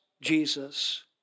Jesus